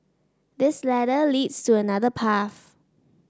this ladder leads to another path